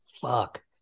fuck